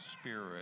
spirit